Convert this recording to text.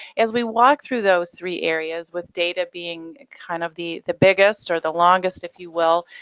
as we walk through those three areas with data being, kind of, the the biggest or the longest, if you will,